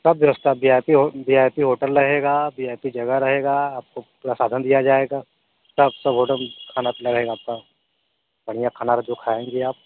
सब व्यवस्था V I P hotel रहेगी वी आई पी जगह रहेगी आपको पूरे साधन दिए जाएंगे सब होटल का खाना पीना रहेगा सब आपका बढ़िया खाना जो खाएंगे आप